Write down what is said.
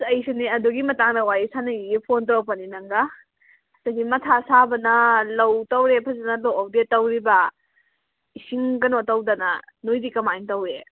ꯑꯩꯁꯨꯅꯦ ꯑꯗꯨꯒꯤ ꯃꯇꯥꯡꯗ ꯋꯥꯔꯤ ꯁꯥꯅꯤꯒꯤꯒꯦ ꯐꯣꯟ ꯇꯧꯔꯛꯄꯅꯤ ꯅꯪꯒ ꯑꯩꯗꯤ ꯃꯊꯥ ꯁꯥꯕꯅ ꯂꯧ ꯇꯧꯔꯦ ꯐꯖꯅ ꯂꯣꯛꯍꯧꯗꯦ ꯇꯧꯔꯤꯕ ꯏꯁꯤꯡ ꯀꯩꯅꯣ ꯇꯧꯗꯅ ꯅꯣꯏꯗꯤ ꯀꯃꯥꯏꯟ ꯇꯧꯏ